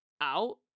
out